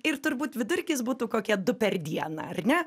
ir turbūt vidurkis būtų kokie du per dieną ar ne